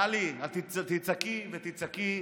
טלי, את תצעקי ותצעקי,